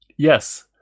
Yes